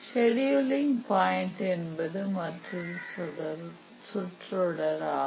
scheduling point என்பது மற்றொரு சொற்றொடர் ஆகும்